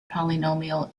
polynomial